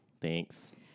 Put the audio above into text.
Thanks